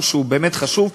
כמשהו באמת חשוב,